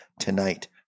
tonight